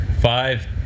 five